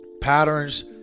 patterns